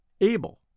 Abel